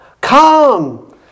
come